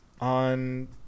on